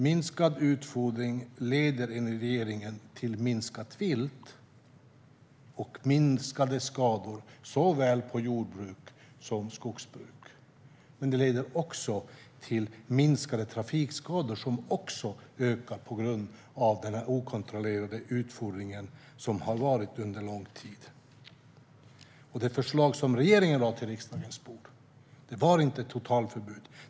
Minskad utfodring leder enligt regeringen till mindre vilt och minskade skador på såväl jordbruk som skogsbruk. Det leder också till färre trafikskador, som ökar på grund av den okontrollerade utfodring som skett under lång tid. Det förslag som regeringen lade på riksdagens bord var inte ett totalförbud.